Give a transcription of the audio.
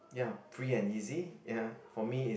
ya free and easy ya for me is